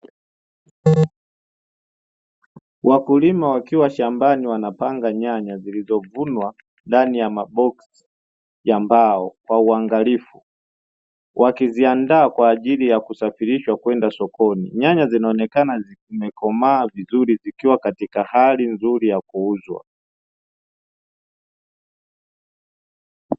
Wakulima wakiwa shambani wanapanga nyanya zilizovunwa ndani ya maboksi ya mbao kwa uangalifu, wakiziandaa kwa ajili ya kusafirishwa kwenda sokoni. Nyanya zinaonekana zimekomaa vizuri zikiwa katika hali nzuri ya kuuzwa.